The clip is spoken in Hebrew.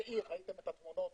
זה עיר ראיתם את התמונות.